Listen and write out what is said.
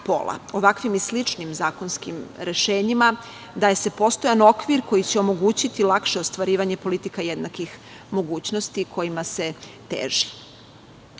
Ovakvim i sličnim zakonskim rešenjima daje se postojan okvir koji će omogućiti lakše ostvarivanje politika jednakih mogućnosti kojima se teži. Mi